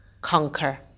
conquer